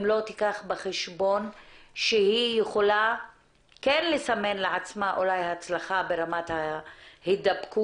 אם לא תיקח בחשבון שהיא יכולה כן לסמן לעצמה אולי הצלחה ברמת ההדבקות,